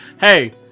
hey